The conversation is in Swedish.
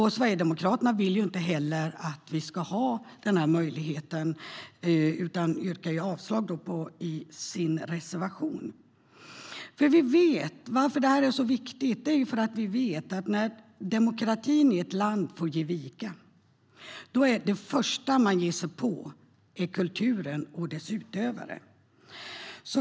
Sverigedemokraterna vill inte heller att vi ska ha den här möjligheten utan yrkar avslag i sin reservation. Anledningen till att det här är så viktigt är att vi vet att det första man ger sig på när demokratin i ett land får ge vika är kulturen och dess utövare.